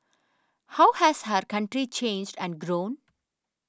how has our country changed and grown